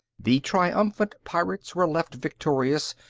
the triumphant pirates were left victorious,